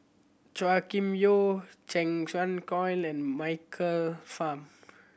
Chua Kim Yeow Cheng Xin Colin and Michael Fam